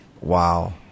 Wow